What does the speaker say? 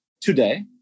today